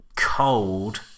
Cold